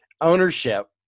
ownership